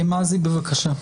מזי, בבקשה.